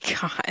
God